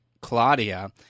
Claudia